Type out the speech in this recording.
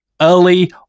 early